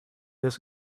this